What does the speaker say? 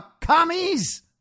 commies